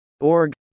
Org